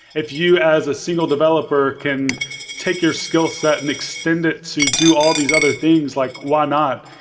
if you as a single developer can take your skillset and extend it to do all these other things, like why not?